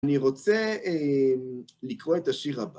אני רוצה לקרוא את השיר הבא.